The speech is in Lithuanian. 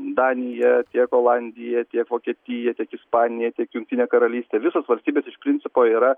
danija tiek olandija tiek vokietija tiek ispanija tiek jungtinė karalystė visos valstybės iš principo yra